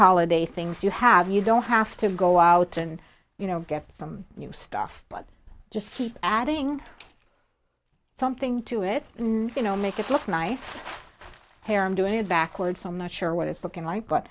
holiday things you have you don't have to go out and you know get from new stuff but just adding something to it you know make it look nice hair i'm doing it backwards i'm not sure what it's looking like but